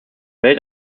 welt